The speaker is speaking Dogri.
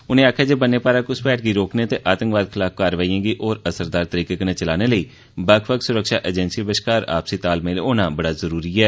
उनें आक्खेआ जे ब'न्ने पारा घुसपैठ गी रोकने ते आतंकवाद खलाफ कारवाईयें गी होर बी असरदार तरीकें कन्नै चलाने लेई बक्ख बक्ख सुरक्षा अजेंसियें बश्कार आपसी तालमेल होना बड़ा जरूरी ऐ